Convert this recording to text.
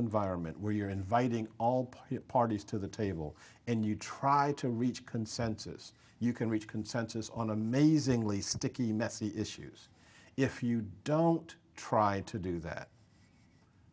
environment where you're inviting all parties parties to the table and you try to reach consensus you can reach consensus on amazingly sticky messy issues if you don't try to do that